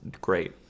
great